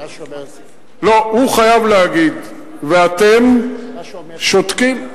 לא, הוא חייב להגיד, ואתם שותקים.